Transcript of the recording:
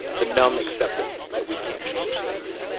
the numb acceptance that we can't change things.